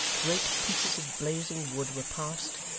great pieces of blazing wood were passed,